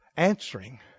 Answering